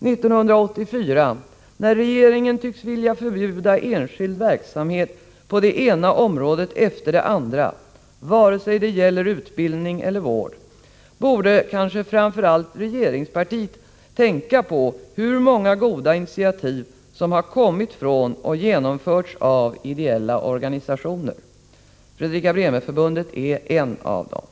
1984, när regeringen tycks vilja förbjuda enskild verksamhet på det ena området efter det andra, vare sig det gäller utbildning eller vård, borde kanske framför allt regeringspartiet tänka på hur många goda initiativ som har kommit från och genomförts av ideella organisationer. Fredrika-Bremer-Förbundet är en av dem.